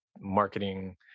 marketing